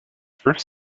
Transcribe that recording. first